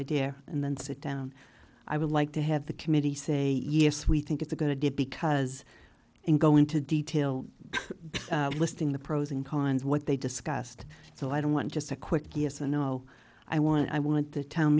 idea and then sit down i would like to have the committee say yes we think it's a good idea because and go into detail listing the pros and cons what they discussed so i don't want just a quick yes or no i want i want the town